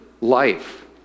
life